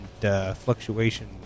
fluctuation